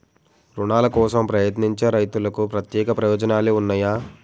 రుణాల కోసం ప్రయత్నించే రైతులకు ప్రత్యేక ప్రయోజనాలు ఉన్నయా?